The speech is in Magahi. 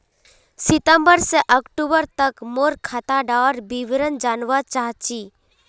सितंबर से अक्टूबर तक मोर खाता डार विवरण जानवा चाहची?